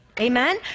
Amen